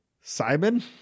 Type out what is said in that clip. Simon